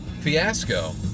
fiasco